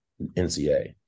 NCA